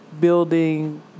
Building